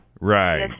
Right